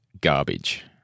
garbage